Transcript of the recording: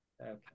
Okay